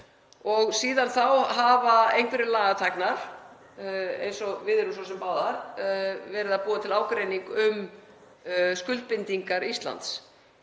Síðan þá hafa einhverjir lagatæknar, eins og við erum svo sem báðar, verið að búa til ágreining um skuldbindingar Íslands.